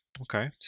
Okay